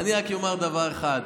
אני רק אומר דבר אחד: